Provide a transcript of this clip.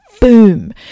boom